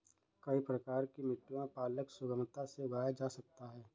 कई प्रकार की मिट्टियों में पालक सुगमता से उगाया जा सकता है